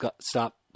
Stop